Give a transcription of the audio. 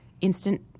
instant